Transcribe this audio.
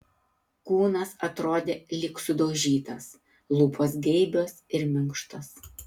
kūnas atrodė lyg sudaužytas lūpos geibios ir minkštos